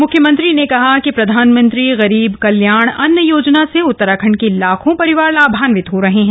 मुख्यमंत्री ने कहा कि प्रधानमंत्री गरीब कल्याण अन्न योजना से उत्तराखण्ड के लाखों परिवार लाभान्वित हो रहे हैं